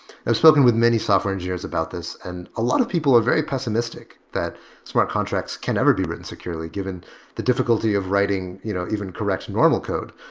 i've spoken with many software engineers about this and a lot of people are very pessimistic that smart contracts can never be written securely given the difficulty of writing you know even correct normal code,